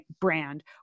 brand